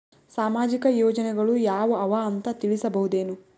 ಸಾಮಾಜಿಕ ಯೋಜನೆಗಳು ಯಾವ ಅವ ಅಂತ ತಿಳಸಬಹುದೇನು?